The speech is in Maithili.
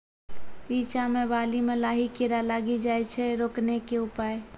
रिचा मे बाली मैं लाही कीड़ा लागी जाए छै रोकने के उपाय?